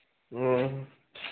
ꯎꯝ